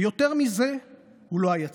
ויותר מזה הוא לא היה צריך.